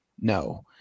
No